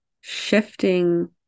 shifting